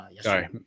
Sorry